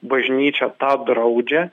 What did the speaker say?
bažnyčia tą draudžia